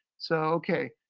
so okay,